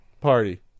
party